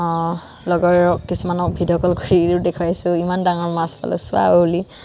লগৰ কিছুমানক video call কৰিও দেখুৱাইছোঁ ইমান ডাঙৰ মাছ পালোঁ চোৱা বুলি